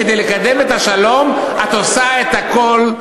כדי לקדם את השלום את עושה את הכול.